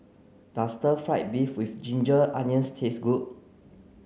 does stir fried beef with ginger onions taste good